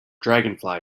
dragonfly